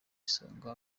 isonga